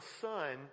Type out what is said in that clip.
son